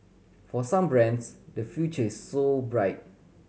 for some brands the future is so bright